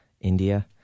India